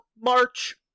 March